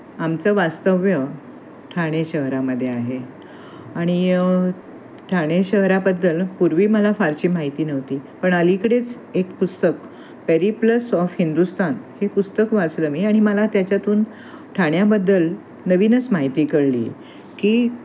आमचं वास्तव्य ठाणे शहरामध्ये आहे आणि ठाणे शहराबद्दल पूर्वी मला फारशी माहिती नव्हती पण अलीकडेच एक पुस्तक पेरीप्लस ऑफ हिंदुस्तान हे पुस्तक वाचलं मी आणि मला त्याच्यातून ठाण्याबद्दल नवीनच माहिती कळली की